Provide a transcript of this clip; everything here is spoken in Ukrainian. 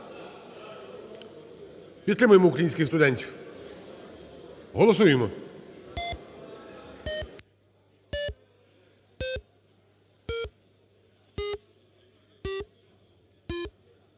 Підтримаємо українських студентів. Голосуємо.